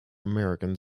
american